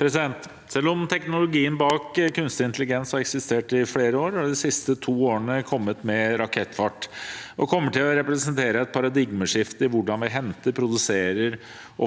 i dag. Selv om teknologien bak kunstig intelligens har eksistert i flere år, har det de siste to årene kommet med rakettfart, og det kommer til å representere et paradigmeskifte i hvordan vi henter, produserer,